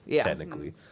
technically